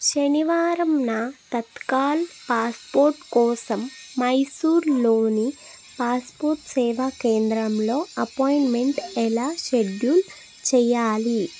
శనివారంన Tatkal passport కోసం మైసూర్లోని passport Seva కేంద్రంలో అపాయింట్మెంట్ ఎలా షెడ్యూల్ చెయ్యాలి